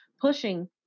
pushing